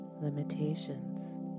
limitations